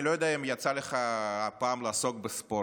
אני לא יודע אם יצא לך פעם לעסוק בספורט,